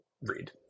read